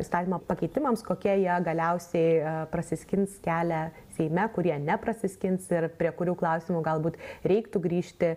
įstatymo pakeitimams kokie jie galiausiai prasiskins kelią seime kurie ne prasiskins ir prie kurių klausimų galbūt reiktų grįžti